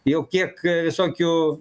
jau kiek visokių